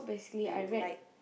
that you like